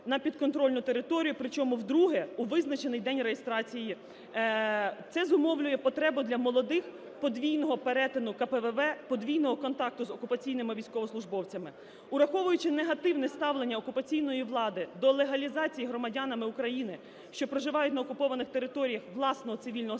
на підконтрольну територію, причому вдруге – у визначений день реєстрації. Це зумовлює потребу для молодих подвійного перетину КПВВ, подвійного контакту з окупаційними військовослужбовцями. Ураховуючи негативне ставлення окупаційної влади до легалізації громадянами України, що проживають на окупованих територіях власного цивільного стану,